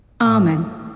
Amen